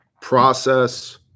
process